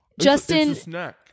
Justin